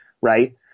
Right